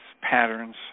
patterns